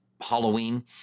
Halloween